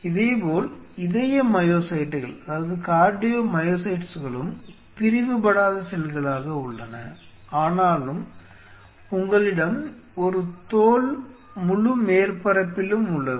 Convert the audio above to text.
இதேபோல் இதய மையோசைட்டுகளும் பிரிவுபடாத செல்களாக உள்ளன ஆனாலும் உங்களிடம் உங்கள் தோல் முழு மேற்பரப்பிலும் உள்ளது